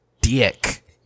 dick